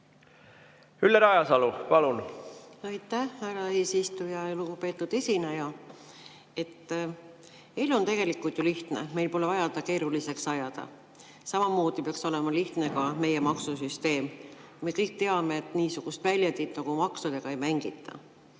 Ülle Rajasalu, palun!